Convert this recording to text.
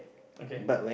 okay